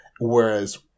Whereas